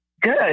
Good